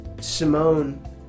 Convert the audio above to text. Simone